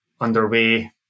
underway